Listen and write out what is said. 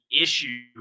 issue